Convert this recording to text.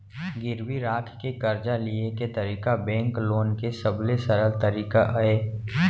गिरवी राख के करजा लिये के तरीका बेंक लोन के सबले सरल तरीका अय